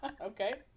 Okay